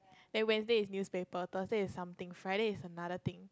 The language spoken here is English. then Wednesday is newspaper Thursday is something Friday is another thing